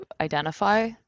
identify